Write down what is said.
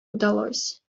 удалось